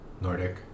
Nordic